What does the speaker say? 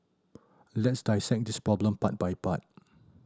let's dissect this problem part by part